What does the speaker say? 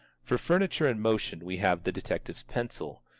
for furniture-in-motion we have the detective's pencil.